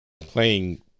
playing